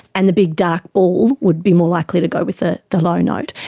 and the big, dark ball would be more likely to go with the the low note.